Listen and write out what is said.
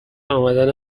امدن